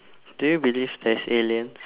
do you believe there's aliens